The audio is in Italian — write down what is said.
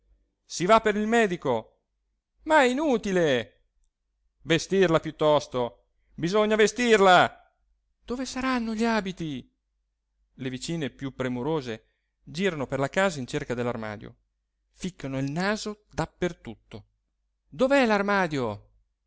si va per il medico ma è inutile vestirla piuttosto bisogna vestirla dove saranno gli abiti le vicine più premurose girano per la casa in cerca dell'armadio ficcano il naso